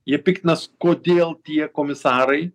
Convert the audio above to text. jie piktinas kodėl tie komisarai